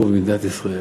פה במדינת ישראל.